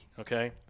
Okay